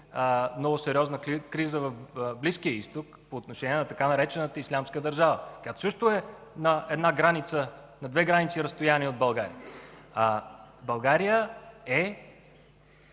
много сериозна криза в Близкия изток по отношение на така наречената „Ислямска държава”, която също е на две граници разстояние от България. България е